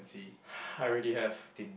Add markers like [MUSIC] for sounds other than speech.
[BREATH] I already have